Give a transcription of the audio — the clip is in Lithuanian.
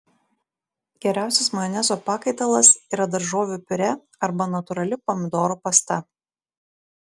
geriausias majonezo pakaitalas yra daržovių piurė arba natūrali pomidorų pasta